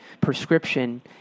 prescription